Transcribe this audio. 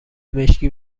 مشکی